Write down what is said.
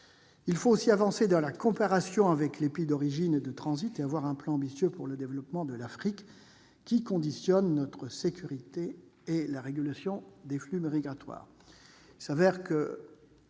Il faut aussi avancer dans la coopération avec les pays d'origine et de transit et avoir un plan ambitieux pour le développement de l'Afrique qui conditionne notre sécurité et la régulation des flux migratoires.